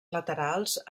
laterals